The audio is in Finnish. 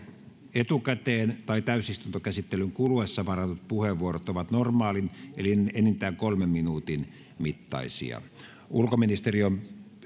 etukäteen tai täysistuntokäsittelyn kuluessa varatut puheenvuorot ovat normaalin eli enintään kolmen minuutin mittaisia ulkoministeri on